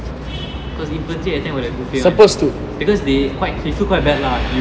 cause infantry everytime will have buffet [one] because they quite feel quite bad lah